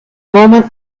moment